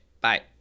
Bye